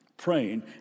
praying